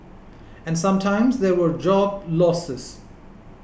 and sometimes there were job losses